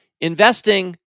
Investing